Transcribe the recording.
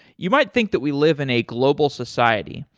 you might think that we live in a global society,